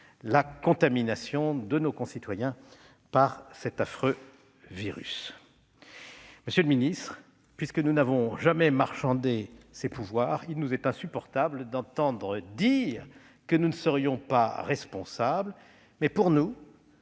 la contamination de nos concitoyens par cet affreux virus ? Monsieur le secrétaire d'État, puisque nous n'avons jamais marchandé ces pouvoirs, il nous est insupportable d'entendre dire que nous ne serions pas responsables. Car, pour nous,